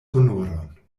honoron